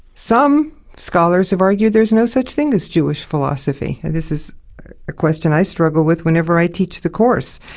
some scholars have argued there's no such thing as jewish philosophy. and this is a question i struggle with whenever i teach the course.